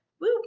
Woo